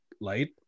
light